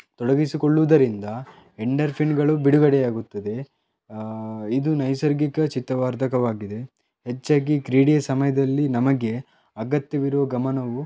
ತೊಡಗಿಸಿಕೊಳ್ಳುವುದರಿಂದ ಎಂಡಾರ್ಫಿನ್ಗಳು ಬಿಡುಗಡೆಯಾಗುತ್ತದೆ ಇದು ನೈಸರ್ಗಿಕ ಚಿತ್ತವರ್ಧಕವಾಗಿದೆ ಹೆಚ್ಚಾಗಿ ಕ್ರೀಡೆಯ ಸಮಯದಲ್ಲಿ ನಮಗೆ ಅಗತ್ಯವಿರುವ ಗಮನವು